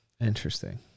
Interesting